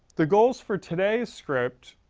the goals for today's script,